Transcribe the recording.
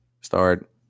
start